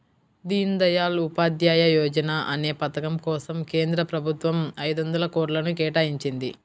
దీన్ దయాళ్ ఉపాధ్యాయ యోజనా అనే పథకం కోసం కేంద్ర ప్రభుత్వం ఐదొందల కోట్లను కేటాయించింది